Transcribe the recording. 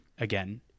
again